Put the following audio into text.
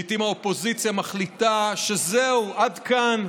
לעיתים האופוזיציה מחליטה שזהו, עד כאן,